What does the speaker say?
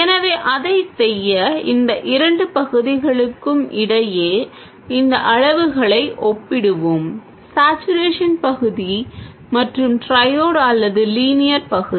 எனவே அதைச் செய்ய இந்த இரண்டு பகுதிகளுக்கும் இடையே இந்த அளவுகளை ஒப்பிடுவோம் சேட்சுரேஷன் பகுதி மற்றும் ட்ரையோட் அல்லது லீனியர் பகுதி